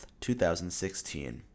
2016